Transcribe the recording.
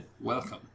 Welcome